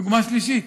דוגמה שלישית: